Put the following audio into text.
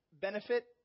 benefit